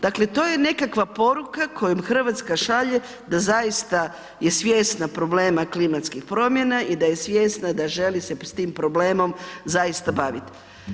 Dakle, to je nekakva poruka kojom Hrvatska šalje da zaista je svjesna problema klimatskih promjena i da je svjesna da želi se s tim problemom zaista baviti.